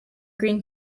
green